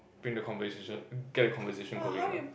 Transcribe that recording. bring the conversation get the conversation going lah